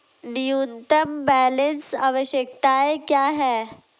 न्यूनतम बैलेंस आवश्यकताएं क्या हैं?